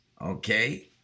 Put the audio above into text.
okay